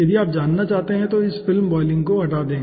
यदि आप जानना चाहते है तो इस फिल्म बॉयलिंग को हटा दें